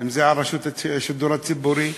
אם על רשות השידור הציבורי,